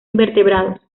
invertebrados